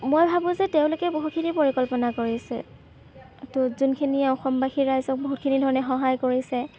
মই ভাবো যে তেওঁলোকে বহুখিনি পৰিকল্পনা কৰিছে ত' যোনখিনিয়ে অসমবাসী ৰাইজক বহুতখিনি ধৰণে সহায় কৰিছে